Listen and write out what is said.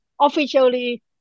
officially